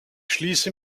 schließe